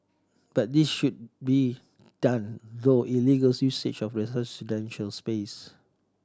but this should be done though illegal usage of residential space